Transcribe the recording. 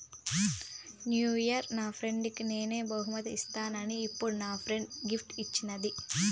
new year నా ఫ్రెండ్కి నేను బహుమతి ఇస్తిని, ఇప్పుడు నా ఫ్రెండ్ గిఫ్ట్ ఇచ్చిన్నాది